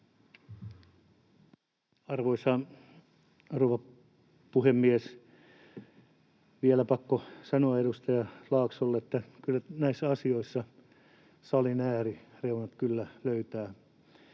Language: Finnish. rouva puhemies! Vielä on pakko sanoa edustaja Laaksolle, että kyllä näissä asioissa salin äärireunat löytävät